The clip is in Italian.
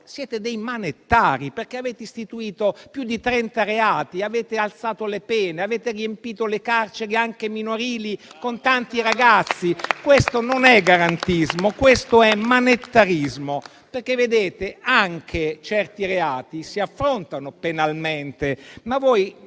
siete dei manettari, perché avete istituito più di 30 reati, avete alzato le pene, avete riempito le carceri, anche minorili, con tanti ragazzi. Questo non è garantismo: questo è manettarismo. Vedete: certi reati si affrontano anche penalmente, ma voi